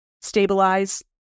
stabilize